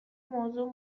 موضوع